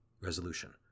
Resolution